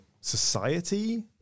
society-